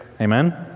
Amen